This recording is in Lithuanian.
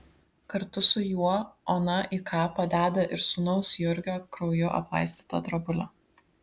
kartu su juo ona į kapą deda ir sūnaus jurgio krauju aplaistytą drobulę